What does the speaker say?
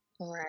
right